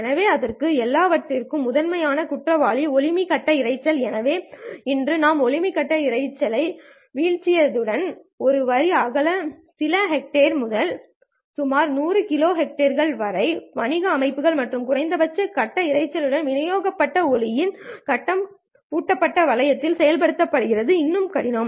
எனவே அதற்கும் எல்லாவற்றிற்கும் முதன்மையான குற்றவாளி ஒளிமி கட்ட இரைச்சல் எனவே இன்று நாம் ஒளிமி கட்ட இரைச்சலை வீழ்த்தியுள்ளோம் ஒரு வரி அகலம் சில ஹெர்ட்ஸ் முதல் சுமார் 100 கிலோஹெர்ட்ஸ் வரை வணிக அமைப்புகள் அந்த குறைந்த கட்ட இரைச்சலுடன் விநியோகிக்கப்பட்ட ஒளியியல் கட்ட பூட்டப்பட்ட வளையத்தை செயல்படுத்துவது இன்னும் கடினம்